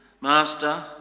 master